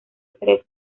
tres